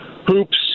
hoops